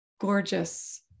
gorgeous